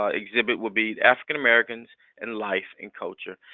ah exhibit would be african-americans in life and culture.